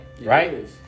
Right